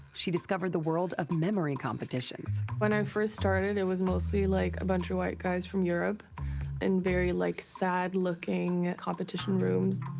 she discovered the world of memory competitions when i first started it was mostly like a bunch of white guys from europe and very like sad looking competition rooms.